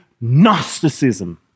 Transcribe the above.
Gnosticism